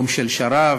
יום של שרב,